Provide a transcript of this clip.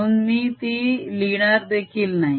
म्हणून मी ती लिहिणार देखील नाही